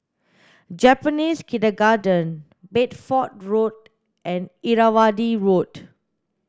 Japanese Kindergarten Bedford Road and Irrawaddy Road